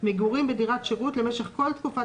מגורים בדירת שירות למשך כל תקופת